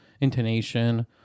intonation